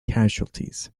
casualties